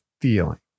feeling